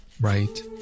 right